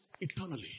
eternally